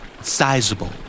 Sizable